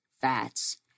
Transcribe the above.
fats